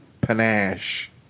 panache